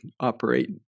operate